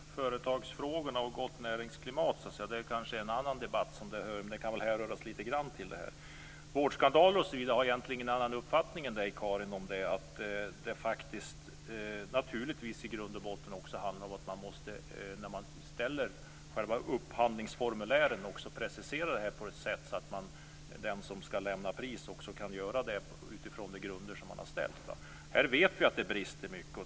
Fru talman! Företagsfrågor och gott näringsklimat kanske hör hemma i en annan debatt, men det kan häröra lite grann till den här frågan. När det gäller vårdskandaler har jag egentligen ingen annan uppfattning än Karin Pilsäter. Det handlar naturligtvis i grund och botten om att man när man gör upphandlingsformulären också preciserar på ett sådant sätt att den som skall lämna pris också kan göra det utifrån de grunder man har ställt upp. Här vet vi att det brister mycket.